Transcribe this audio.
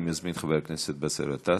אני מזמין את חבר הכנסת באסל גטאס.